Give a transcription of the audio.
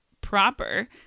proper